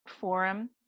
forum